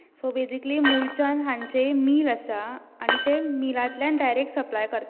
so basically Mulchand हांचें mill आसा आनी तें मिलांतल्यान डायरेक्ट सप्लाय करतात